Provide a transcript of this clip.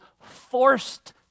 forced